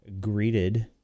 greeted